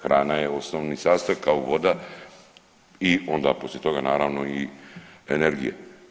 Hrana je osnovni sastojak, kao voda i onda poslije toga naravno i energija.